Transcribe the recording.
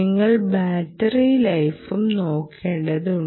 നിങ്ങൾ ബാറ്ററി ലൈഫും നോക്കേണ്ടതുണ്ട്